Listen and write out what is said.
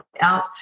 out